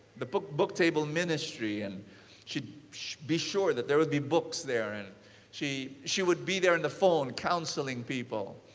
the book book table ministry. and she'd be sure that there would be books there. and she she would be there in the phone counseling people.